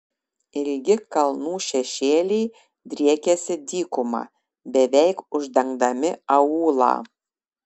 ilgi kalnų šešėliai driekėsi dykuma beveik uždengdami aūlą